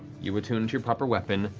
you attune to your proper weapon,